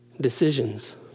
decisions